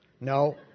No